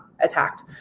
attacked